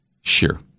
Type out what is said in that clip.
Sure